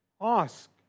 Ask